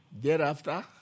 Thereafter